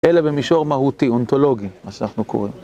אלא במישור מהותי, אונטולוגי, אז אנחנו קוראים.